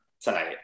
tonight